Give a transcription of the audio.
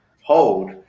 hold